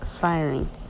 firing